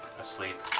asleep